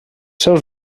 seus